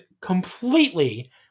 completely